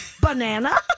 banana